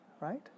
right